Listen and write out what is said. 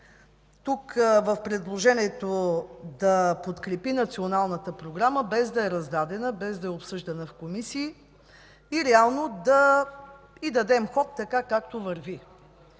тук, в предложението, да подкрепи националната програма, без да е раздадена, без да е обсъждана в комисии и реално да й дадем ход, така както върви.